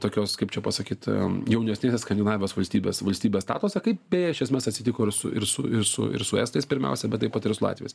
tokios kaip čia pasakyt jaunesnėsės skandinavijos valstybės valstybės statusą kaip beje iš esmės atsitiko ir su ir su ir su ir su estais pirmiausia bet taip pat ir su latviais